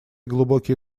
глубокие